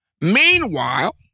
Meanwhile